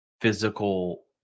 physical